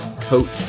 coach